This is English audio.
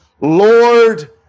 Lord